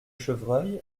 chevreuils